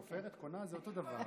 תופרת, קונה זה אותו דבר.